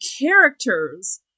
characters